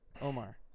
Omar